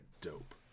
dope